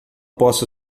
posso